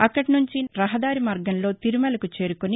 అక్కడి నుంచి రహదారి మార్గంలో తిరుమలకు చేరుకుని